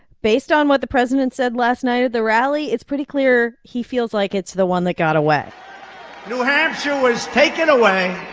based on what the president said last night at the rally, it's pretty clear he feels like it's the one that got away new hampshire was taken away.